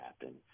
happen